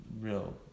real